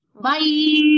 Bye